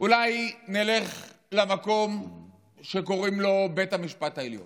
אולי נלך למקום שקוראים לו בית המשפט העליון,